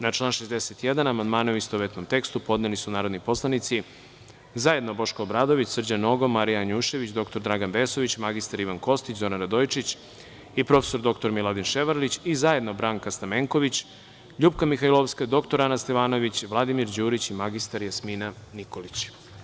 Na član 61. amandmane u istovetnom tekstu, podneli su narodni poslanici zajedno Boško Obradović, Srđan Nogo, Marija Janušević, dr Dragan Vesović, mr Ivan Kostić, Zoran Radojičić i prof. dr Miladin Ševarlić i zajedno narodni poslanici Branka Stamenković, LJupka Mihajlovska, dr Ana Stevanović, Vladimir Đurić i mr Jasmina Nikolić.